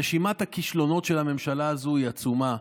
רשימת הכישלונות של הממשלה הזו היא עצומה.